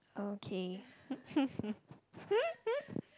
okay